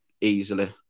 easily